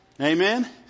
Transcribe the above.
Amen